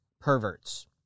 perverts